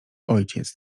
ojciec